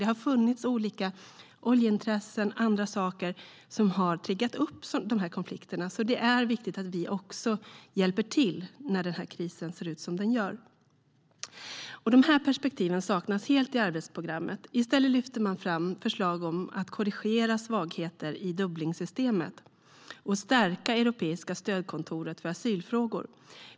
Det har funnits olika oljeintressen och andra saker som har triggat de här konflikterna, så det är viktigt att vi hjälper till när krisen ser ut som den gör.De här perspektiven saknas helt i arbetsprogrammet. I stället lyfter man fram förslag om att korrigera svagheter i Dublinsystemet och stärka Europeiska stödkontoret för asylfrågor.